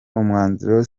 umwanzuro